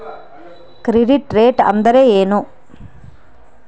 Credit rate ಅಂದರೆ ಏನು?